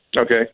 Okay